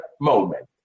moment